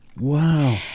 Wow